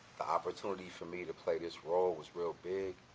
the opportunity for me to play this role was real big